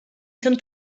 són